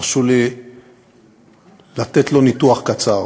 תרשו לי לתת לו ניתוח קצר.